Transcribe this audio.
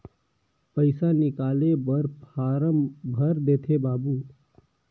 पइसा निकाले बर फारम भर देते बाबु?